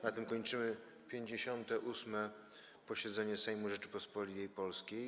Na tym kończymy 58. posiedzenie Sejmu Rzeczypospolitej Polskiej.